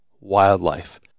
wildlife